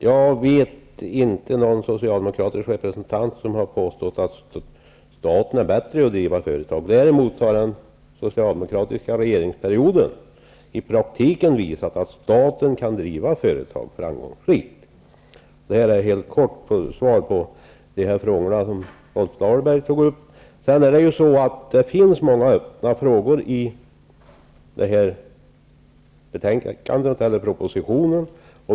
Herr talman! Jag vet inte någon socialdemokratisk representant som har påstått att staten skulle vara bättre på att driva företag. Däremot visade den socialdemokratiska regeringsperioden i praktiken att staten kan driva företag framgångsrikt. Detta är ett kort svar på de frågor som Rolf Dahlberg tog upp. Det finns många öppna frågor i propositionen.